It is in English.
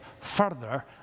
further